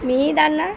মিহিদানা